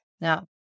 Now